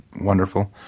wonderful